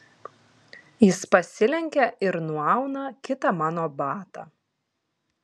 jis pasilenkia ir nuauna kitą mano batą